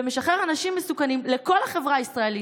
ומשחרר אנשים מסוכנים לכל החברה הישראלית,